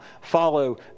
follow